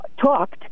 talked